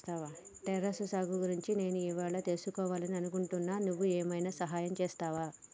terrace సాగు గురించి నేను ఇవ్వాళా తెలుసుకివాలని అనుకుంటున్నా నువ్వు ఏమైనా సహాయం చేస్తావా